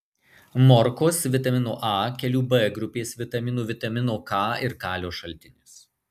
morkos vitamino a kelių b grupės vitaminų vitamino k ir kalio šaltinis